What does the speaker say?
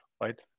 right